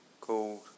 called